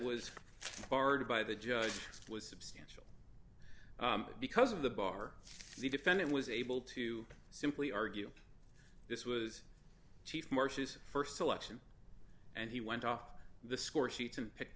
was barred by the judge was substantial because of the bar the defendant was able to simply argue this was chief march's st selection and he went off the score sheets and picked the